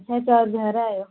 आक्खा दे चार बजे कन्नै आएओ